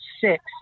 six